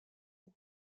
aux